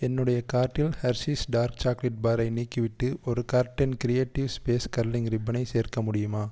என்னுடைய கார்ட்டில் Hershey's dark chocolate பாரை நீக்கிவிட்டு ஒரு கார்ட்டன் கிரியேடிவ் ஸ்பேஸ் கர்லிங் ரிப்பனை சேர்க்க முடியுமா